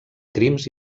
crims